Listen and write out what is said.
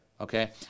okay